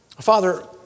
Father